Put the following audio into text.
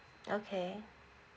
okay